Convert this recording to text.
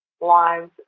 lives